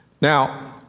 Now